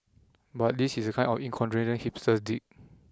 but this is the kind of incongruity hipsters dig